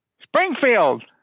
Springfield